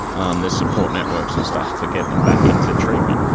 um there's support networks and stuff to get them back into treatment,